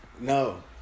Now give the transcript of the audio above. no